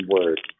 word